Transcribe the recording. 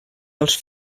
els